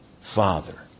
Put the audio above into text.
father